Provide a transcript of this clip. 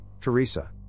Teresa